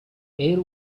air